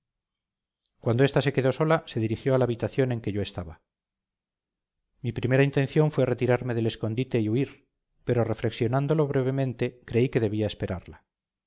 cuando ésta se quedó sola se dirigió a la habitación en que yo estaba mi primera intención fue retirarme del escondite y huir pero reflexionándolo brevemente creí que debía esperarla